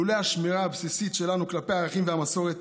לולא השמירה הבסיסית שלנו את הערכים והמסורת,